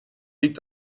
liegt